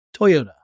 Toyota